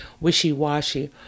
wishy-washy